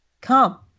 come